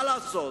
מה לעשות,